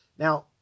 Now